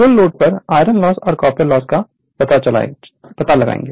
full load पर iron loss और copper loss का पता लगाएं